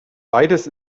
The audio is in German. beides